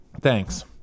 thanks